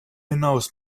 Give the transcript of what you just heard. hinaus